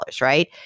right